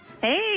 Hey